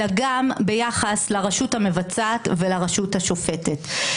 אלא גם ביחס לרשות המבצעת ולרשות השופטת.